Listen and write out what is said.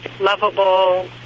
lovable